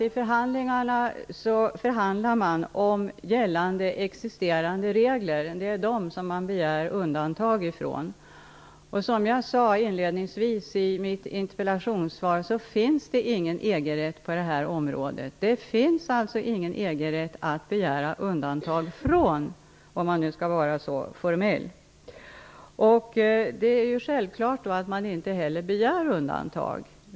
I förhandlingarna förhandlar man om gällande existerande regler. Det är dessa som man begär undantag ifrån. Som jag inledningsvis sade i mitt interpellationssvar finns det på detta område ingen EG-rätt att begära undantag ifrån, om man nu skall vara så formell. Det är då självklart att man inte heller begär undantag.